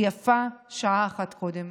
ויפה שעה אחת קודם.